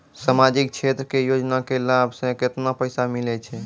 समाजिक क्षेत्र के योजना के लाभ मे केतना पैसा मिलै छै?